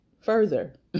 further